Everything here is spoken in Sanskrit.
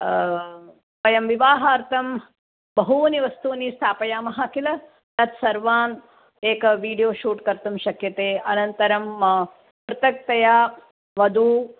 वयं विवाहार्थं बहूनि वस्तूनि स्थापयामः किल तत्सर्वान् एकं वीडियो शूट् कर्तुं शक्यते अनन्तरं पृथक्तया वधूः